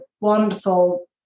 wonderful